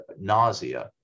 nausea